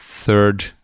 third